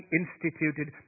instituted